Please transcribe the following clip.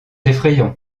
effrayant